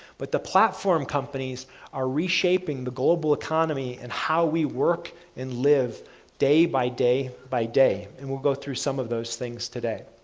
but the platform companies are reshaping the global economy and how we work and live day by day by day. and we'll go through some of those things today.